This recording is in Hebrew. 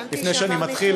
לפני שאני מתחיל,